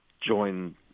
join